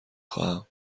خواهم